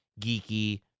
geeky